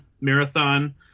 marathon